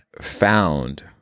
found